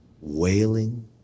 wailing